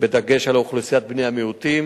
בדגש על אוכלוסיית בני המיעוטים.